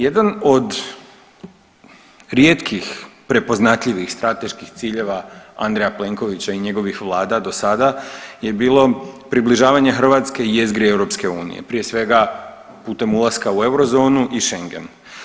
Jedan od rijetkih prepoznatljivih strateških ciljeva Andreja Plenkovića i njegovih Vlada do sada je bilo približavanje hrvatske jezgre EU, prije svega putem ulaska u euro zonu i Schengen.